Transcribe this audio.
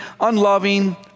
unloving